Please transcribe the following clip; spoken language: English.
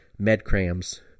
MedCrams